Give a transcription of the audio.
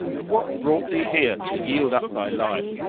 and what brought thee here to yield up thy life,